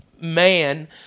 man